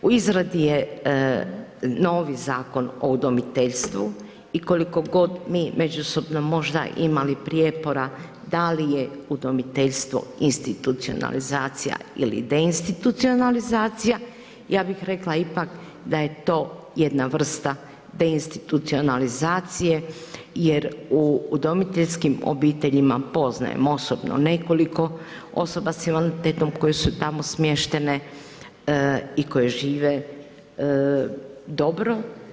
U izradi je novi Zakon o udomiteljstvu i koliko god mi međusobno možda imali prijepora da li je udomiteljstvo institucionalizacija ili deinstitutcionalizacija, ja bih rekla ipak da je to jedna vrsta deinstitucionalizacije jer u udomiteljskim obiteljima poznajem osobno nekoliko osoba s invaliditetom koje su tamo smještene i koje žive dobro.